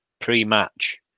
pre-match